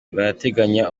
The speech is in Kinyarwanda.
barateganya